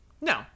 no